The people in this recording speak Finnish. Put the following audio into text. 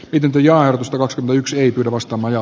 pidempi ja yksilöity alastomana